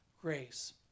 grace